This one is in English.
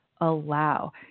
allow